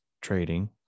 trading